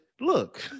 Look